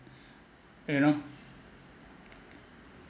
you know